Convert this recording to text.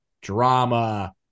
Drama